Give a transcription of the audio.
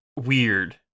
weird